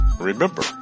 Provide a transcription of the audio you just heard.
Remember